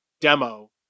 demo